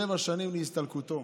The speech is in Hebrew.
שבע שנים להסתלקותו.